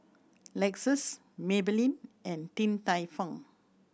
Lexus Maybelline and Din Tai Fung